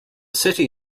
city